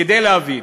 כדי להבין: